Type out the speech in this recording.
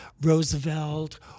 roosevelt